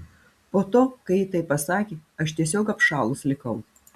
po to kai ji taip pasakė aš tiesiog apšalus likau